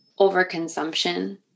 overconsumption